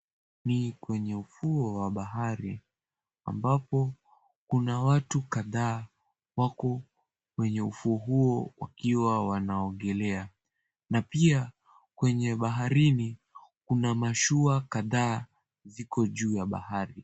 Ni kwenye ufuo wa bahari ambapo kuna watu kadhaa wako kwenye ufuo huo wakiwa wanaogelea. Na pia, kwenye baharini kuna mashua kadhaa ziko juu ya bahari.